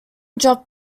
dropped